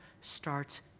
starts